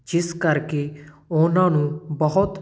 ਜਿਸ ਕਰਕੇ ਉਹਨਾਂ ਨੂੂੰ ਬਹੁਤ